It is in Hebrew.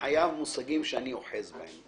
חייב מושגים שאני אוחז בהם.